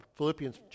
Philippians